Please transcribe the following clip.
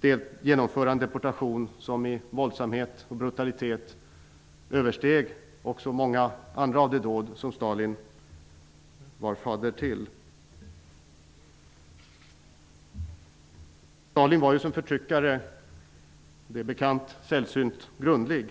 Det genomfördes en deportation som i våldsamhet och brutalitet översteg den vid många andra av de dåd som Stalin var fader till. Stalin var som förtryckare som bekant sällsynt grundlig,